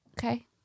Okay